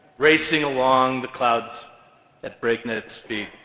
racing along the clouds at breakneck speed.